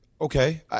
okay